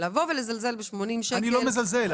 לזלזל ב-81 שקלים חודשי --- אני לא מזלזל.